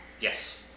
yes